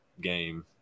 game